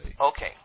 Okay